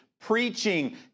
preaching